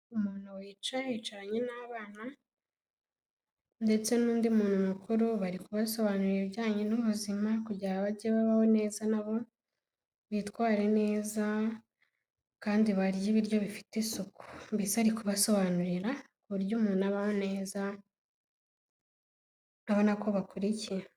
Umuntu wicaye yicaranye n'abana ndetse n'undi muntu mukuru bari kubasobanurira ibijyanye n'ubuzima, kugira abajye babaho neza n'abo bitware neza kandi barye ibiryo bifite isuku, mbese ari kubasobanurira uburyo umuntu abaho neza, urabonako bakurikiye.